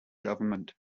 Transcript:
government